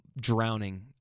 drowning